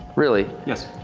really? yes.